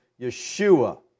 Yeshua